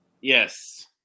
yes